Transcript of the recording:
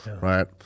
Right